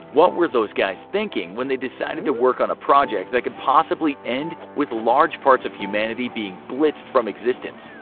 what were those guys thinking when they decided to work on a project that could possibly end with large parts of humanity being blitzed from existence?